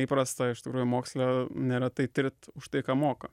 įprasta iš tikrųjų moksle neretai tirt už tai ką moka